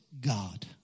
God